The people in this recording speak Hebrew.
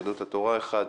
יהדות התורה אחד,